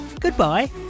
goodbye